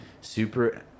super